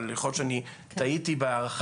אבל יכול להיות שאני טעיתי בהערכה.